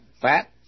fat